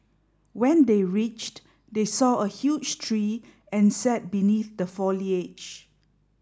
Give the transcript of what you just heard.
when they reached they saw a huge tree and sat beneath the foliage